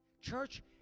Church